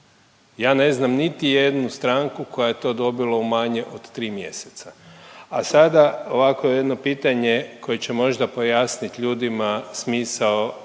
Ja ne znam niti jednu stranku koja je to dobila u manje od tri mjeseca. A sada ovako jedno pitanje koje će možda pojasnit ljudima smisao